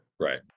Right